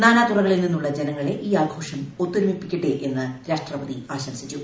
നാനാതുറകളിൽ നിന്നുള്ള ജനങ്ങളെ ഈ ആഘോഷം ഒത്തൊരുമിപ്പിക്കട്ടെയെന്ന് രാഷ്ട്രപതി ആശംസിച്ചു